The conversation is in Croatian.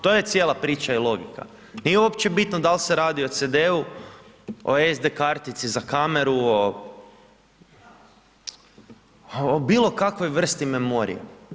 To je cijela priča i logika, nije uopće bitno da li se radi o CD-u, o SD kartici za kameru, o bilo kakvoj vrsti memorije.